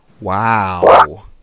Wow